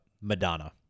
madonna